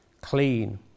clean